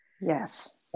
Yes